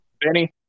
Benny